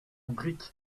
briques